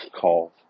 calls